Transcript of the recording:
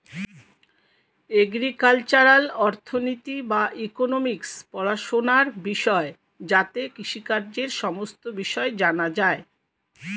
agricultural অর্থনীতি বা economics পড়াশোনার বিষয় যাতে কৃষিকাজের সমস্ত বিষয় জানা যায়